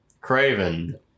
Craven